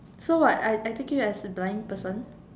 so what I I think you as blind person